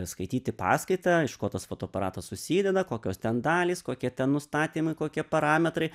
skaityti paskaitą iš ko tas fotoaparatas susideda kokios ten dalys kokie ten nustatymai kokie parametrai